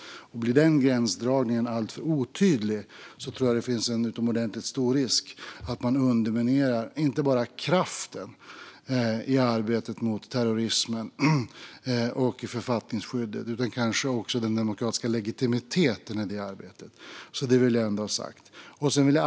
Om den gränsdragningen blir alltför otydlig tror jag att det finns en utomordentligt stor risk att man underminerar inte bara kraften i arbetet mot terrorismen och författningsskyddet utan kanske också den demokratiska legitimiteten i arbetet. Det vill jag ha sagt.